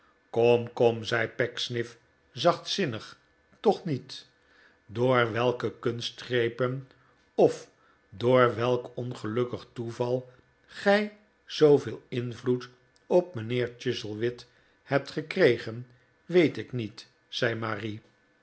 kom kom zei pecksniff zachtzinnig toch niet door welke kunstgrepen of door welk ongelukkig toeval gij zooveel invloed op mijnheer chuzzlewit hebt gekregen weet ik niet zei marie